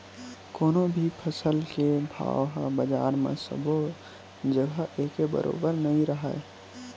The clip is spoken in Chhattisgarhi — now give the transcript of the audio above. कोनो भी फसल के भाव ह बजार म सबो जघा एके बरोबर नइ राहय